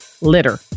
litter